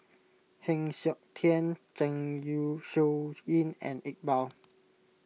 Heng Siok Tian Zeng Shouyin and Iqbal